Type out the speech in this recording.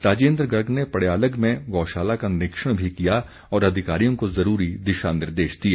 राजेन्द्र गर्ग ने पड़यालग में गौशाला का निरीक्षण भी किया और अधिकारियों को ज़रूरी दिशा निर्देश दिए